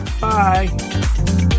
Bye